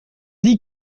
dis